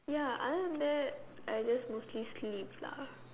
ya other than that I just mostly sleep lah